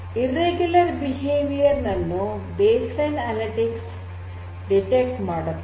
irregular behaviour ನನ್ನು baseline analytics detect ಮಾಡುತ್ತದೆ